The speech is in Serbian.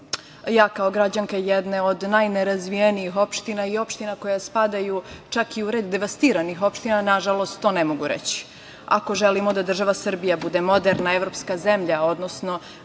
ja kao građanka jedne od najnerazvijenijih opština i opština koje spadaju čak i u red devastiranih opština nažalost to ne mogu reći. Ako želimo da država Srbija bude moderna evropska zemlja, odnosno